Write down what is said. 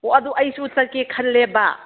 ꯑꯣ ꯑꯗꯨ ꯑꯩꯁꯨ ꯆꯠꯀꯦ ꯈꯜꯂꯦꯕ